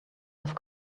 have